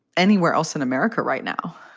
anywhere else in america right now?